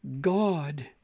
God